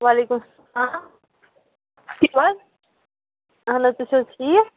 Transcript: وعلیکُم اسلام اَہَن حظ تُہۍ چھُو حظ ٹھیٖک